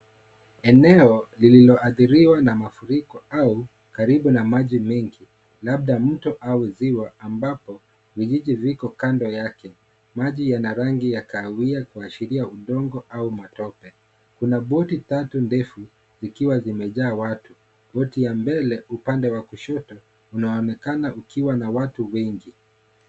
Eneo lililoadhiriwa na mafuriko au karibu na maji mengi labda mto au ziwa ambapo vijiji ziko kando yake . Maji yana rangi ya kahawia kuashiria udongo au matope. Kuna boti tatu ndefu zikiwa zimejaa watu . Boti ya mbele upande wa kushoto unaonekana ukiwa na watu wengi .